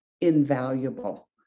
invaluable